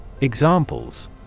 Examples